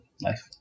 life